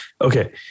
okay